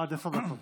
עד עשר דקות.